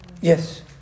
Yes